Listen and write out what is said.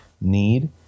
need